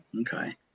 Okay